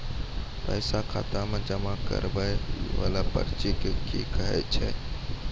पैसा खाता मे जमा करैय वाला पर्ची के की कहेय छै?